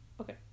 okay